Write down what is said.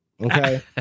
Okay